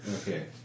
Okay